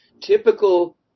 Typical